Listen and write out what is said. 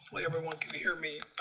hey everyone, can you hear me?